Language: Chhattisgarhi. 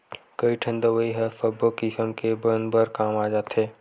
कइठन दवई ह सब्बो किसम के बन बर काम आ जाथे